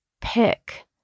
pick